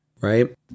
right